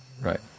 Right